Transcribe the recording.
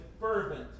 fervent